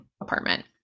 apartment